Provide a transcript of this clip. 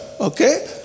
okay